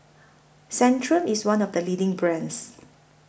Centrum IS one of The leading brands